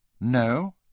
No